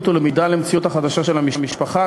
ולמידה של המציאות החדשה של המשפחה,